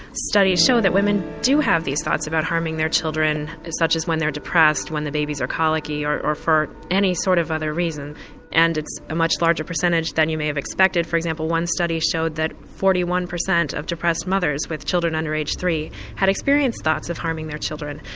studies show that women do have these thoughts about harming their children such as when they're depressed, when the babies are colicky or for any sort of other reason and it's a much larger percentage than you may have expected. for example one study showed that forty one percent of depressed mothers with children under age three had experienced thoughts of harming their children.